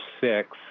six